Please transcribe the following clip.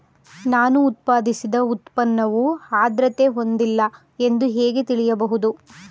ನಾನು ಉತ್ಪಾದಿಸಿದ ಉತ್ಪನ್ನವು ಆದ್ರತೆ ಹೊಂದಿಲ್ಲ ಎಂದು ಹೇಗೆ ತಿಳಿಯಬಹುದು?